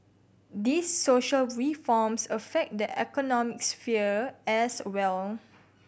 these social reforms affect the economic sphere as well